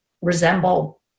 resemble